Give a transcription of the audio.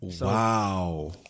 Wow